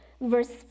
Verse